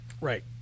Right